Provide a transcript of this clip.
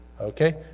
Okay